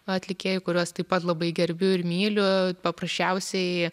atlikėjų kuriuos taip pat labai gerbiu ir myliu paprasčiausiai